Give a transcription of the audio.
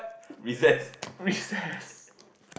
recess